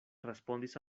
respondis